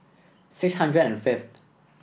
six hundred and fifth